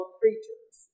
creatures